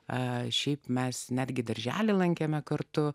ai šiaip mes netgi darželį lankėme kartu